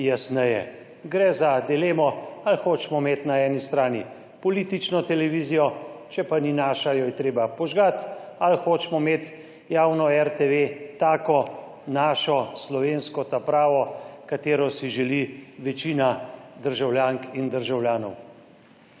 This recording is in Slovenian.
Gre za dilemo, ali hočemo imeti na eni strani politično televizijo, če pa ni naša, jo je treba požgati, ali hočemo imeti javno RTV, takšno našo slovensko, ta pravo, ki si jo želi večina državljank in državljanov.